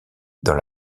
dans